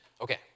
Okay